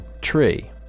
tree